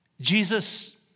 Jesus